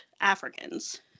Africans